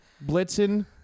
Blitzen